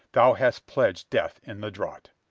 thou hast pledged death in the draught!